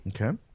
Okay